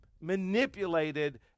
manipulated